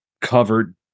covered